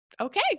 okay